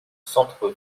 centre